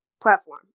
platform